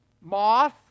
Moth